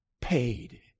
paid